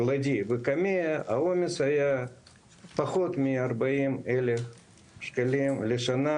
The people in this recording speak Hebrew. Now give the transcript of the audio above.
גלעדי וקמ"ע העומס היה פחות מ-40,000 שקלים לשנה,